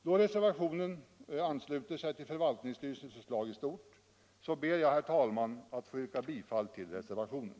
Då reservationen ansluter sig till förvaltningsstyrelsens förslag i stort ber jag, herr talman, att få yrka bifall till reservationen.